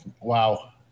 wow